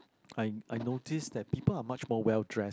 I I notice that people are much more well dress